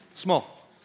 small